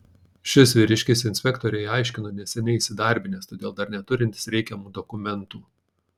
šis vyriškis inspektorei aiškino neseniai įsidarbinęs todėl dar neturintis reikiamų dokumentų